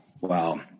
Wow